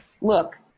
look